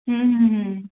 ହୁଁ ହୁଁ ହୁଁ